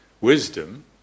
wisdom